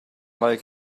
like